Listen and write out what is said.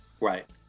Right